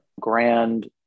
grand